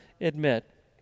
admit